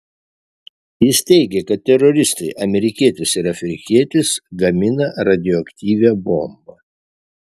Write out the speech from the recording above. jis teigė kad teroristai amerikietis ir afrikietis gamina radioaktyvią bombą